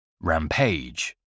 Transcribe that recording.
Rampage